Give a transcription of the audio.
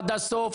עד הסוף.